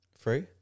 Free